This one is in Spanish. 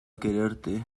quererte